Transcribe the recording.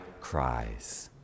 cries